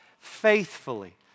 faithfully